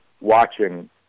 watching